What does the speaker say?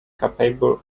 capable